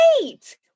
wait